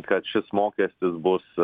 kad šis mokestis bus